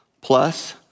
plus